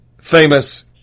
Famous